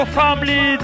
family